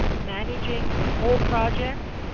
managing the whole project,